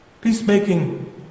Peacemaking